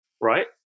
right